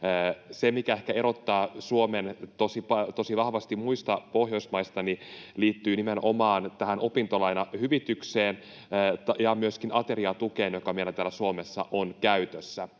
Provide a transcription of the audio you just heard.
Se, mikä ehkä erottaa Suomen tosi vahvasti muista Pohjoismaista, liittyy nimenomaan tähän opintolainahyvitykseen ja myöskin ateriatukeen, joka meillä täällä Suomessa on käytössä.